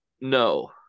No